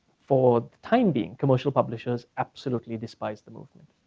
for the time being commercial publishers absolutely despise the movement.